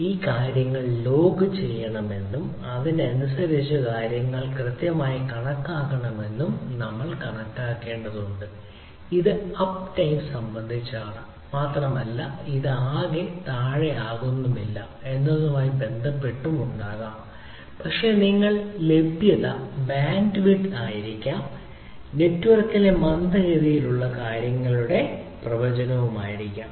ഈ കാര്യങ്ങൾ ലോഗ് ആയിരിക്കാം നെറ്റ്വർക്കിലെ ലഭ്യത മന്ദഗതിയിലുള്ളതും കാര്യങ്ങളുടെ തരവും ആയിരിക്കാം